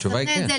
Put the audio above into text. התשובה היא כן.